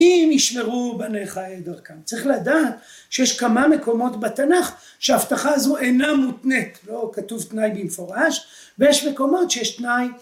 אם ישמרו בניך את דרכם. צריך לדעת שיש כמה מקומות בתנ״ך שההבטחה הזו אינה מותנית, לא כתוב תנאי במפורש, ויש מקומות שיש תנאי